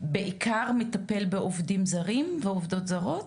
שבעיקר מטפל בעובדים ועובדות זרות?